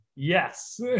Yes